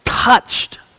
touched